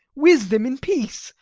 wisdom in peace,